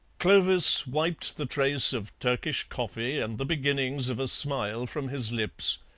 clovis wiped the trace of turkish coffee and the beginnings of a smile from his lips,